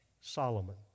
Solomon